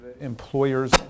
employers